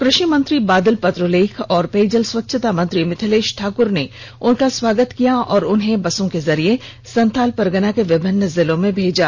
कृषि मंत्री बादल पत्रलेख और पेयजल स्वच्छता मंत्री मिथिलेष ठाकुर ने उनका स्वागत किया और उन्हे बसों के जरिये संथाल परगना के विभिन्न जिलों में भेजा